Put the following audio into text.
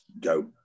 go